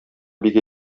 бик